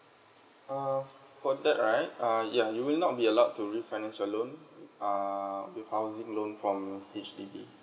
err for that right uh ya you will not be allowed to refinance your loan err with housing loan from H_D_B